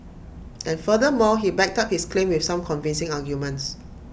and furthermore he backed up his claim with some convincing arguments